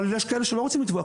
אבל יש כאלה שלא רוצים לתבוע,